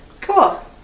Cool